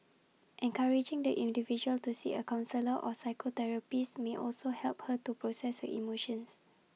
encouraging the individual to see A counsellor or psychotherapist may also help her to process her emotions